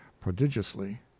prodigiously